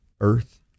earth